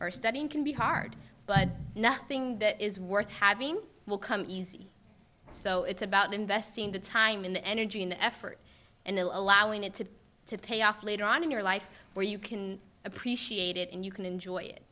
are studying can be hard but nothing that is worth having will come easy so it's about investing the time and energy and effort and allowing it to to pay off later on in your life where you can appreciate it and you can enjoy it